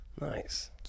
Nice